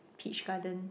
Peach Garden